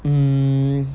um